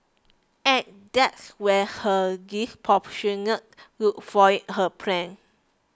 and that's when her disproportionate look foiled her plans